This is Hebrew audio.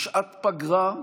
בשעת פגרה,